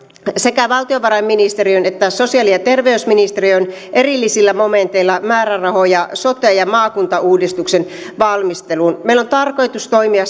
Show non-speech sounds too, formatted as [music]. sekä valtiovarainministeriön että sosiaali ja terveysministeriön erillisillä momenteilla määrärahoja sote ja maakuntauudistuksen valmisteluun meillä on tarkoitus toimia [unintelligible]